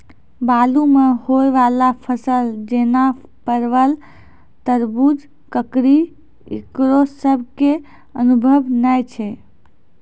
बालू मे होय वाला फसल जैना परबल, तरबूज, ककड़ी ईकरो सब के अनुभव नेय छै?